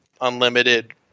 unlimited